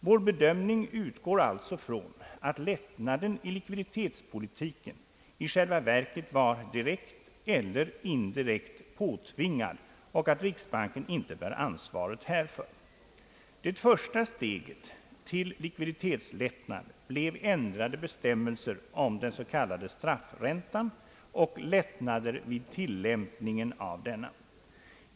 Vår bedömning utgår alltså från att lättnaden i likviditetspolitiken i själva verket var direkt eller indirekt påtvingad och att riksbanken inte bär ansvaret härför. Det första steget härtill blev ändrade bestämmelser om den s.k. straffräntan och lättnader vid tillämpningen av denna.